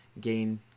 gain